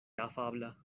afabla